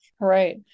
Right